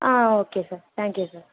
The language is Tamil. ah okay sir thank you sir